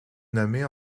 nommée